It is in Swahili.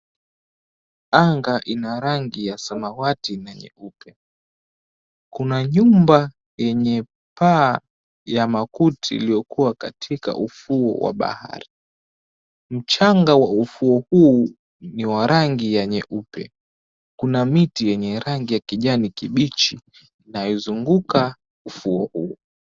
Anga ina rangi ya samawati na nyeupe. Kuna nyumba yenye paa ya makuti iliyokuwa katika ufuo wa bahari. Mchanga wa ufuo huu ni wa rangi yenye ya nyeupe. Kuna miti yenye rangi ya kijani kibichi inayozunguka ufuo huu.